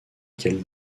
qu’elles